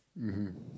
mmhmm